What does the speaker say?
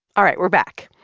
all right, we're back.